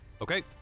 Okay